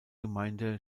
gemeinde